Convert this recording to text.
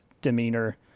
demeanor